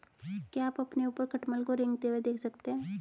क्या आप अपने ऊपर खटमल को रेंगते हुए देख सकते हैं?